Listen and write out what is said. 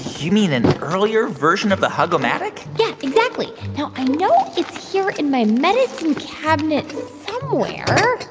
you mean an earlier version of the hug-o-matic? yeah, exactly. now, i know it's here in my medicine cabinet somewhere.